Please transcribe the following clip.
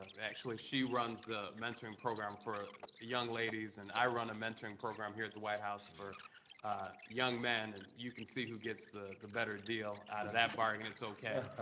actually, she runs the mentoring program for young ladies and i run a mentoring program here at the white house for young men. and you can see who gets the the better deal out of that bargain. it's okay.